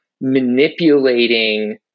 Manipulating